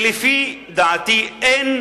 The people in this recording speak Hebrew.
שלפי דעתי אין